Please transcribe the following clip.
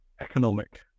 economic